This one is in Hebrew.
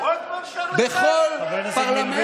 רוטמן שרלטן?